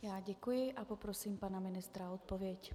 Já děkuji a poprosím pana ministra o odpověď.